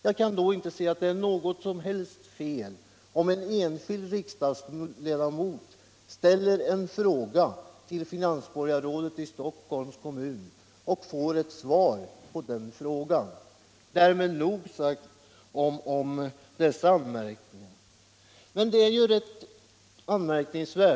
Och jag kan inte se att det är något fel om en riksdagsledamot ställer en fråga till finansborgarrådet i Stockholms kommun och får ett svar på den frågan. Därmed nog sagt om dessa anmärkningar.